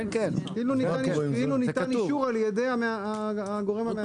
כן, כאילו ניתן אישור על ידי הגורם המאשר.